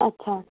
अच्छा